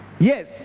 yes